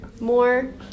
more